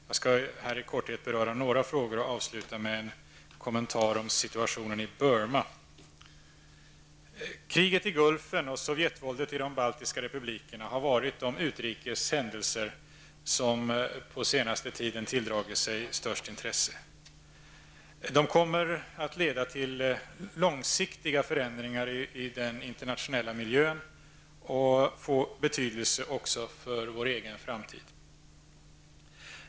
Jag skall här i korthet beröra några frågor och avsluta med en kommentar om situationen i Kriget i Gulfen och sovjetvåldet i de baltiska republikerna har varit de utrikes händelser som på senare tid tilldragit sig störst intresse. De kommer att leda till långsiktiga förändringar i vår internationella miljö och få betydelse också för vår egen framtid.